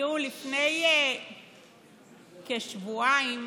לפני כשבועיים